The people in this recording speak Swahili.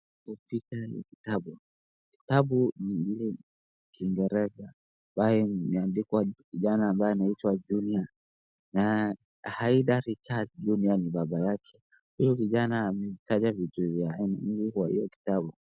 Kwa picha ni kitabu, kitabu ni ya kiingereza ambayo imeandikwa kijana ambaye anaitwa Junior, na Haydn Richard Junior ni baba yake. Huyu kijana ametaja vitu vya aina kwa hiyo kitabu.